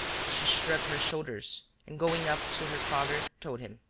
she shrugged her shoulders and, going up to her father, told him